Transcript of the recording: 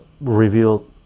reveal